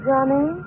Johnny